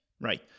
right